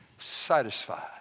Satisfied